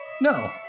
No